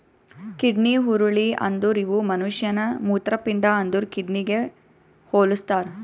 kidney ಹುರುಳಿ ಅಂದುರ್ ಇವು ಮನುಷ್ಯನ ಮೂತ್ರಪಿಂಡ ಅಂದುರ್ ಕಿಡ್ನಿಗ್ ಹೊಲುಸ್ತಾರ್